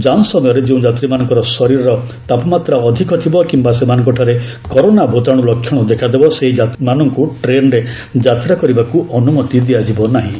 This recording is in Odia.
ଯାଞ୍ଚ ସମୟରେ ଯେଉଁ ଯାତ୍ରୀମାନଙ୍କର ଶରୀରର ତାପମାତ୍ରା ଅଧିକ ଥିବ କିମ୍ବା ସେମାନଙ୍କଠାରେ କରୋନା ଭୂତାଣୁ ଲକ୍ଷଣ ଦେଖାଦେବ ସେହି ଯାତ୍ରୀମାନଙ୍କୁ ଟ୍ରେନ୍ରେ ଯାତ୍ରା କରିବାକୁ ଅନୁମତି ଦିଆଯିବ ନାହିଁ